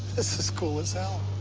this is cool as hell.